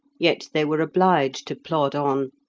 yet they were obliged to plod on,